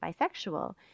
bisexual